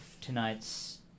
tonight's